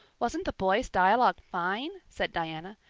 wasn't the boys' dialogue fine? said diana.